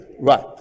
Right